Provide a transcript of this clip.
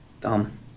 Dumb